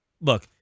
Look